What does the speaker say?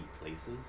places